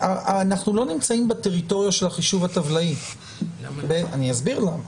אנחנו לא נמצאים בטריטוריה של החישוב הטבלאי ואני אסביר למה.